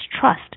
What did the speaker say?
trust